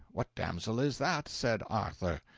what damsel is that? said arthur.